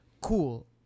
cool